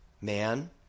man